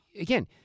again